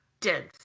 dense